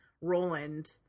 Roland